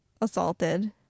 assaulted